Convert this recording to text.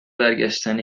برگشتن